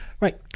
right